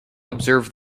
observe